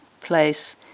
place